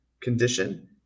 condition